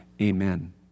amen